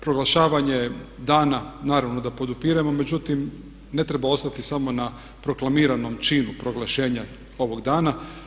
Proglašavanje dana naravno da podupiremo, međutim, ne treba ostati samo na proklamiranom činu proglašenja ovog dana.